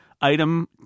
item